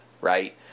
right